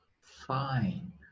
fine